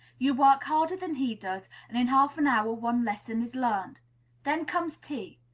you work harder than he does, and in half an hour one lesson is learned then comes tea.